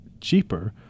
cheaper –